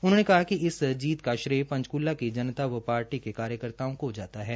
उन्होंने कहा कि इस जीत का श्रेय पंचकूला की जनता व पार्टी कार्यकर्ता को जाता है